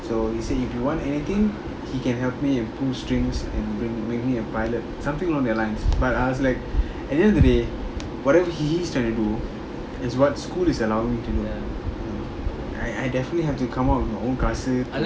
so he said if you want anything he can help me and pull strings and bring bring me a pilot something along their lines but I was like at the end of the day whatever he he's trying to do is what school is allowing him to do I I definitely have to come up with your own crush